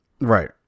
right